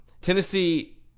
Tennessee